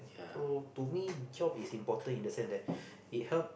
so to me job is important in the sense that it help